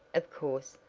of course,